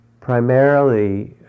primarily